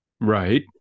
Right